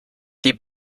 die